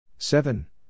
Seven